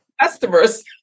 customers